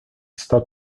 está